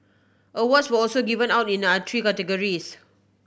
awards were also given out in other three categories